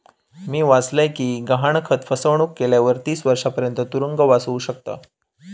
मी वाचलय कि गहाणखत फसवणुक केल्यावर तीस वर्षांपर्यंत तुरुंगवास होउ शकता